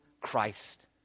Christ